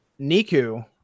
Niku